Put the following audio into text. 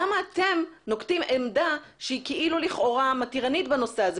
למה אתם נוקטים עמדה שהיא לכאורה מתירנית בנושא הזה?